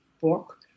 book